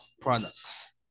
products